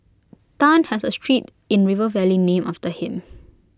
Tan has A street in river valley named after him